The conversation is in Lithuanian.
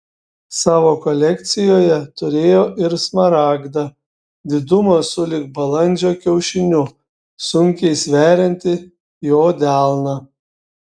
savo kolekcijoje turėjo ir smaragdą didumo sulig balandžio kiaušiniu sunkiai sveriantį jo delną